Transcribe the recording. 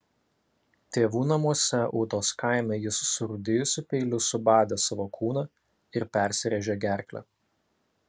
tėvų namuose ūtos kaime jis surūdijusiu peiliu subadė savo kūną ir persirėžė gerklę